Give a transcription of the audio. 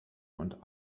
und